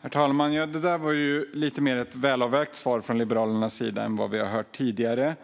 Herr talman! Detta var ett lite mer välavvägt svar från Liberalernas sida än vad vi har hört tidigare.